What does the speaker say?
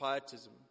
pietism